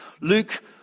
Luke